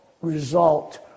result